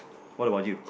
what about you